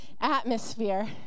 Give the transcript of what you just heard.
atmosphere